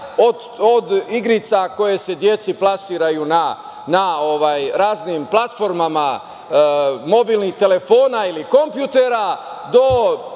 od igrica koje se deci plasiraju na raznim platformama mobilnih telefona ili kompjutera, do